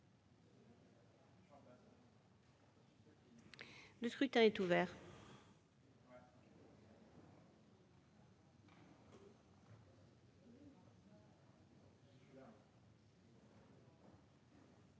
Le scrutin est ouvert.